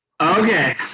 okay